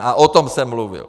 A o tom jsem mluvil.